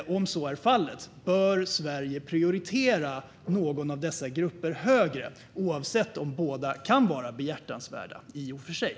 Och om så är fallet, anser statsministern att Sverige bör prioritera någon av dessa grupper högre, även om båda kan vara behjärtansvärda i och för sig?